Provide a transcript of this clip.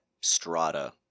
strata